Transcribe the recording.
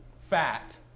fat